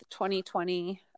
2020